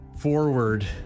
forward